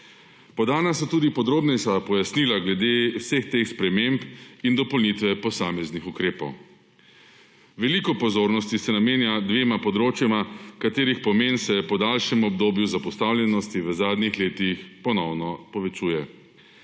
Podana so tudi podrobnejša pojasnila glede vseh teh sprememb in dopolnitve posameznih ukrepov. Veliko pozornosti se namenja dvema področjema, katerih pomen se je po daljšem obdobju zapostavljenosti v zadnjih letih ponovno povečuje.